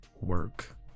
work